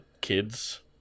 kids